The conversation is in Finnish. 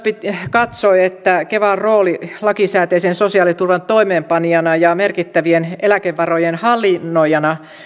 katsoi että kevan rooli lakisääteisen sosiaaliturvan toimeenpanijana ja merkittävien eläkevarojen hallinnoijana